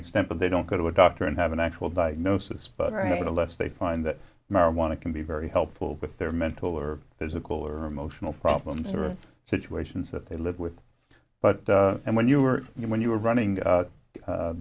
extent but they don't go to a doctor and have an actual diagnosis but right now less they find that marijuana can be very helpful with their mental or physical or emotional problems or situations that they live with but when you were when you were running